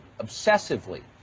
obsessively